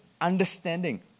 understanding